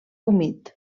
humit